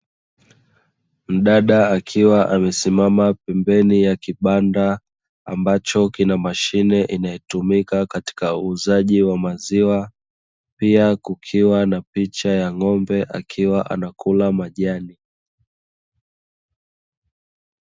Mdada akiwa amesimama pembeni ya kibanda ambacho kina mashine inayotumika katika uuzaji wa maziwa, pia kukiwa na picha ya ng'ombe akiwa anakula majani.